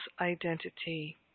identity